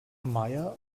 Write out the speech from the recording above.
maja